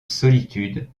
solitude